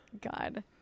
god